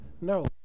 No